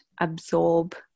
absorb